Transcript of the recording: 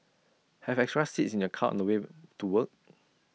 have extra seats in your car on the wave to work